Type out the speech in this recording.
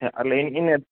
હા લઈને